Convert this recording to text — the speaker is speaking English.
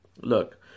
Look